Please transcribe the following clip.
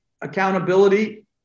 accountability